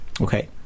Okay